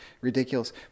ridiculous